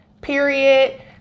Period